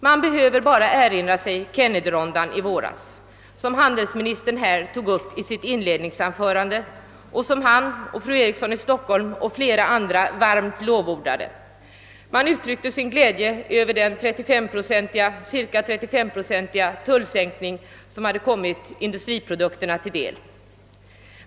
Man behöver bara erinra sig Kennedyronden i våras, som handelsministern här tog upp i sitt inledningsanförande och som han, fru Eriksson i Stockholm och flera andra varmt lovordade. Man uttrycker sin glädje över den cirka 35-procentiga tullsänkning som har kommit industriprodukterna till del.